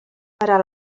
parar